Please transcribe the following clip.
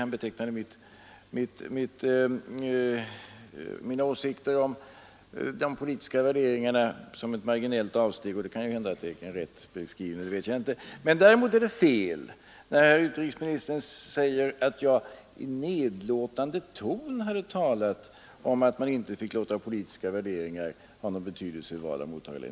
Han betecknade nämligen mina åsikter om de politiska värderingarna som ett marginellt avsteg. Det kan ju hända att det är en riktig beskrivning, men det vågar jag inte uttala mig om. Däremot är det fel när utrikesministern säger att jag i nedlåtande ton talat om att man inte fick låta politiska värderingar ha någon betydelse vid valet av mottagarländer.